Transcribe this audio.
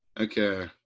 Okay